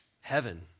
heaven